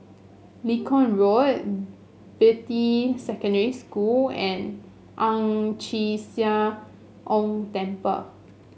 Lincoln Road Beatty Secondary School and Ang Chee Sia Ong Temple